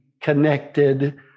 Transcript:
connected